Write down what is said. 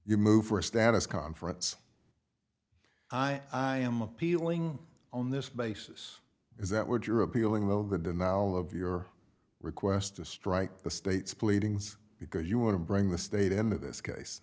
you move for a status conference i am appealing on this basis is that what you're appealing though the denial of your request to strike the state's pleadings because you want to bring the state end of this case